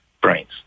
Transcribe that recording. brains